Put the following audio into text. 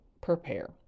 prepare